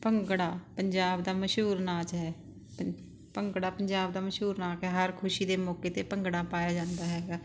ਭੰਗੜਾ ਪੰਜਾਬ ਦਾ ਮਸ਼ਹੂਰ ਨਾਚ ਹੈ ਭੰਗੜਾ ਪੰਜਾਬ ਦਾ ਮਸ਼ਹੂਰ ਨਾਚ ਹੈ ਹਰ ਖੁਸ਼ੀ ਦੇ ਮੌਕੇ 'ਤੇ ਭੰਗੜਾ ਪਾਇਆ ਜਾਂਦਾ ਹੈਗਾ